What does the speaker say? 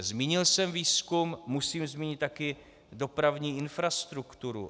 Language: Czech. Zmínil jsem výzkum, musím zmínit také dopravní infrastrukturu.